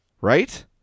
Right